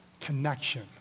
connection